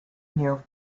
near